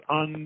on